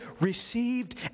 received